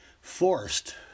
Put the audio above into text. forced